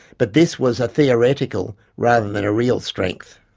but this was theoretical rather than a real strength.